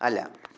അല്ല